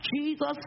jesus